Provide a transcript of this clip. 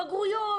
בגרויות,